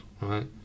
right